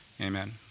Amen